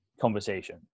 conversation